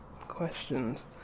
Questions